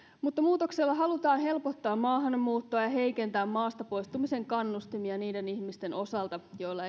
muutoksella halutaan helpottaa maahanmuuttoa ja heikentää maastapoistumisen kannustimia niiden ihmisten osalta joilla